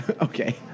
Okay